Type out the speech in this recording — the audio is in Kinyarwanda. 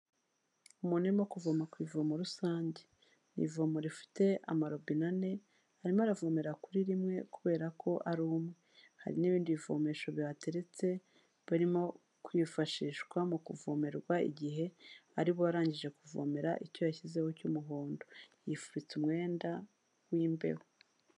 Umuntu urimo kuvoma ku ivomo rusange. Ni ivomo rifite amarobine ane, arimo aravomera kuri rimwe kubera ko ari umwe. Hari n'ibindi bivomesho bihateretse barimo kwifashishwa mu kuvomerwa igihe ari bo uwarangije kuvomera icyo yashyizeho cy'umuhondo. Yifubitse umwenda w'imbeho.